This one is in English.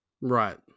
Right